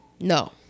No